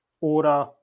order